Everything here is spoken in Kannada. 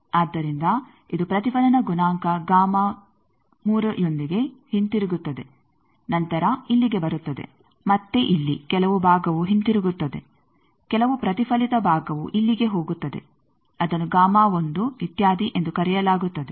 ಆದ್ದರಿಂದ ಇದು ಪ್ರತಿಫಲನ ಗುಣಾಂಕ ಗಾಮಾ 3 ಯೊಂದಿಗೆ ಹಿಂತಿರುಗುತ್ತದೆ ನಂತರ ಇಲ್ಲಿಗೆ ಬರುತ್ತದೆ ಮತ್ತೆ ಇಲ್ಲಿ ಕೆಲವು ಭಾಗವು ಹಿಂತಿರುಗುತ್ತದೆ ಕೆಲವು ಪ್ರತಿಫಲಿತ ಭಾಗವು ಇಲ್ಲಿಗೆ ಹೋಗುತ್ತದೆ ಅದನ್ನು ಇತ್ಯಾದಿ ಎಂದು ಕರೆಯಲಾಗುತ್ತದೆ